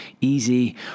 easy